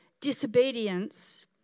disobedience